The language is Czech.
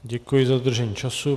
Děkuji za dodržení času.